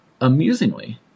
amusingly